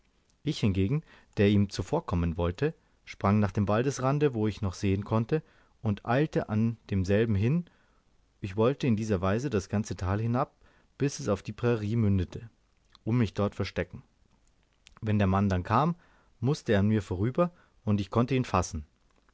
ich hingegen der ihm zuvorkommen wollte sprang nach dem waldesrande wo ich noch sehen konnte und eilte an demselben hin ich wollte in dieser weise das ganze tal hinab bis es auf die prairie mündete und mich dort verstecken wenn der mann dann kam mußte er an mir vorüber und ich konnte ihn fassen